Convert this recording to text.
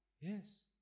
Yes